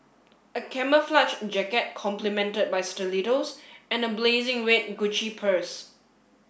a camouflage jacket complemented by stilettos and a blazing red Gucci purse